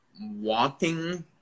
walking